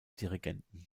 dirigenten